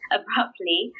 abruptly